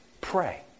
Pray